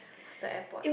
what's the airport